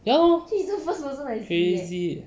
ya lor crazy eh